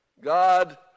God